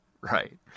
right